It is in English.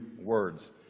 words